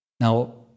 Now